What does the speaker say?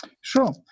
Sure